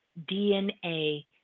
DNA